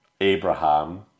Abraham